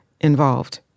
involved